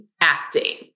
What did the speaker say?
acting